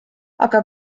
aga